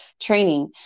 training